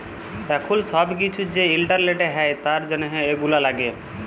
এখুল সব কিসু যে ইন্টারলেটে হ্যয় তার জনহ এগুলা লাগে